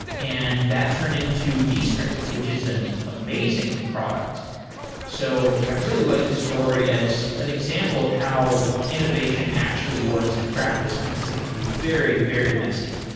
and that turned into descript, which is an amazing product so i really like this story as an example of how innovation actually works in practice, because it can be very, very messy